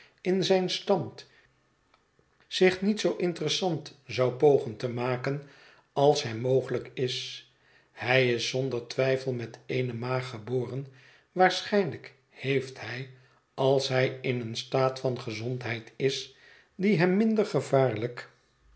in zijn stand zich niet zoo interessant zou pogen te maken als hem mogelijk is hij is zonder twijfel met eene maag geboren waarschijnlijk heeft hij als hij in een staat van gezondheid is die hem minder gevaarlijk